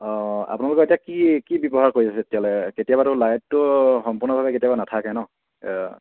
অঁ অঁ আপোনালোকৰ এতিয়া কি কি ব্যৱহাৰ কৰি আছে তেতিয়হ'লে কেতিয়াবাতো লাইটটো সম্পূৰ্ণভাৱে কেতিয়াবা নাথাকে ন